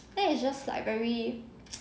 then it's just like very